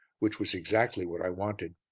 which was exactly what i wanted.